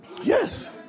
Yes